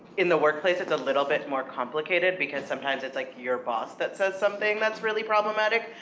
in the workplace, it's a little bit more complicated, because sometimes it's like your boss that says something that's really problematic,